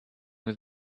with